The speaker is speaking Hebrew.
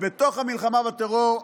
ובתוך המלחמה בטרור,